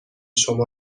شما